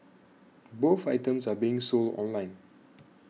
both items are being sold online